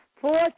Four